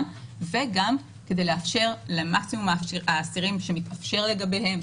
וגם כדי לאפשר למקסימום האסירים שמתאפשר לגביהם,